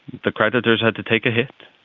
the creditors had to take a hit.